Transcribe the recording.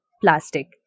plastic